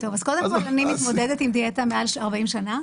אני מתמודדת עם דיאטה מעל 40 שנים.